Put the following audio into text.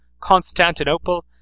Constantinople